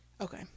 okay